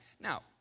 now